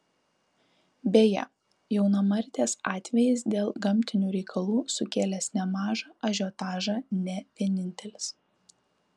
beje jaunamartės atvejis dėl gamtinių reikalų sukėlęs nemažą ažiotažą ne vienintelis